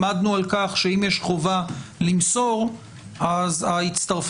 עמדנו על כך שאם יש חובה למסור אז ההצטרפות